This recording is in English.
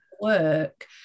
work